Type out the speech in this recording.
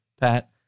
Pat